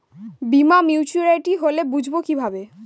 বীমা মাচুরিটি হলে বুঝবো কিভাবে?